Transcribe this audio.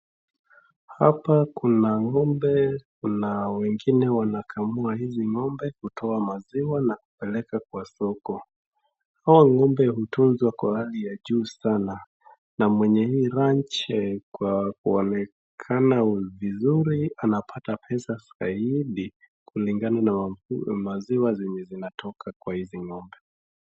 Hapa kuna ng'ombe. Kuna wengine wanakamua hizi ng'ombe kutoa maziwa na kupeleka kwa soko. Hawa ng'ombe hutunzwa kwa hali ya juu sana. Na mwenye hii ranch kwa kuonekana vizuri anapata pesa zaidi kulingana na maziwa zenye zinatoka kwa hizi ng'ombe.